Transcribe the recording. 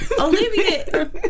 Olivia